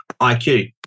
IQ